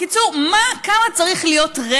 בצלאל